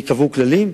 ייקבעו כללים.